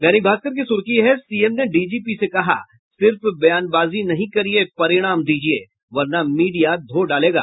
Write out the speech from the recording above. दैनिक भास्कर की सुर्खी है सीएम ने डीजीपी से कहा सिर्फ बयानबाजी नहीं करिए परिणाम दीजिए वरना मीडिया धो डालेगा